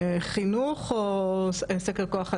חינוך או סקר כוח אדם?